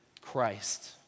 Christ